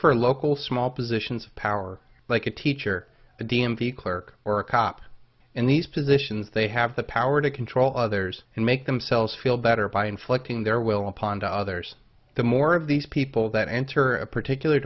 for local small positions of power like a teacher the d m v clerk or a cop in these positions they have the power to control others and make themselves feel better by inflicting their will upon the others the more of these people that enter a particular